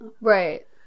Right